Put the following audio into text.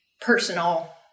personal